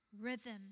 Rhythm